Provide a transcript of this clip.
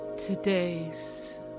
Today's